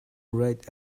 write